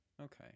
Okay